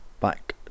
back